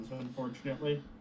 unfortunately